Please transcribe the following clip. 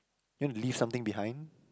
you want to leave something behind